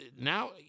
now